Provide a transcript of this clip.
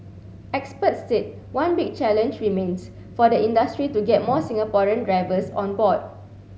experts said one big challenge remains for the industry to get more Singaporean drivers on board